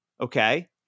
Okay